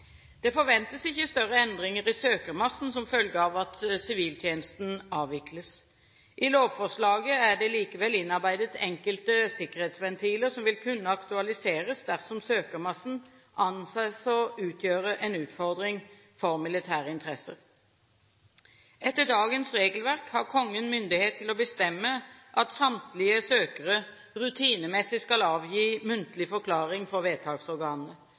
Det forventes ikke større endringer i søkermassen som følge av at siviltjenesten avvikles. I lovforslaget er det likevel innarbeidet enkelte sikkerhetsventiler som vil kunne aktualiseres dersom søkermassen anses å utgjøre en utfordring for militære interesser. Etter dagens regelverk har Kongen myndighet til å bestemme at samtlige søkere rutinemessig skal avgi muntlig forklaring for vedtaksorganene.